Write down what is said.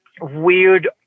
weird